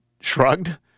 shrugged